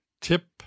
tip